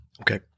Okay